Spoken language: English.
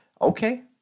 Okay